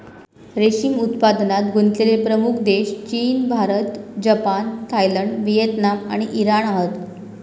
रेशीम उत्पादनात गुंतलेले प्रमुख देश चीन, भारत, जपान, थायलंड, व्हिएतनाम आणि इराण हत